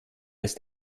ist